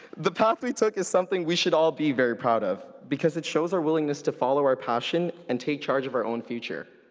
the path we took is something we should all be very proud of because it shows our willingness to follow our passion and take charge of our own future.